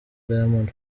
diamond